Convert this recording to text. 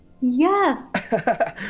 Yes